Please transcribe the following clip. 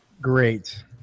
Great